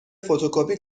فتوکپی